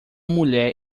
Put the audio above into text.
mulher